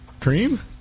Cream